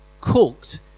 cooked